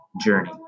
journey